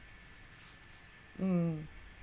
um